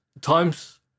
times